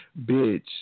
bitch